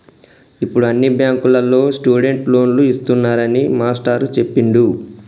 ఇప్పుడు అన్ని బ్యాంకుల్లో స్టూడెంట్ లోన్లు ఇస్తున్నారని మాస్టారు చెప్పిండు